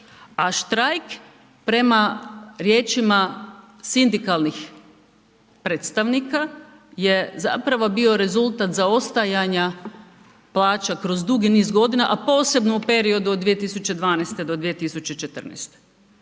a štrajk prema riječima sindikalnih predstavnika je zapravo bio rezultat zaostajanja plaća kroz dugi niz godina, a posebno u periodu od 2012. do 2014.